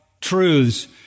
truths